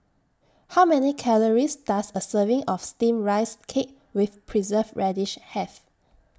How Many Calories Does A Serving of Steamed Rice Cake with Preserved Radish Have